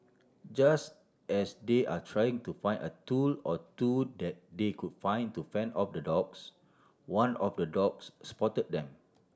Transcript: just as they are trying to find a tool or two that they could find to fend off the dogs one of the dogs spotted them